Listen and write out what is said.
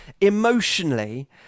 emotionally